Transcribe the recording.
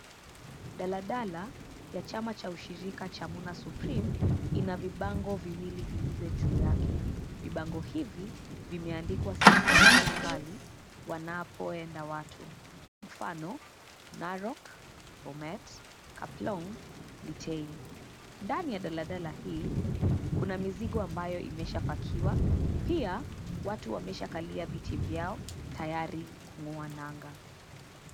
Daladala ya chama cha ushirika cha Muna Supreme, ina vibango viwili vilivyo juu yake. Vibango hivi, vimeandikwa sehemu mbalimbali wanapoenda watu, mfano, Narok, Bomet, Kaplong, Litein. Ndani ya daladala hii, kuna mizigo ambayo imeshapakiwa. Pia, watu wameshakalia viti vyao, tayari kung'oa nanga.